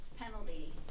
penalty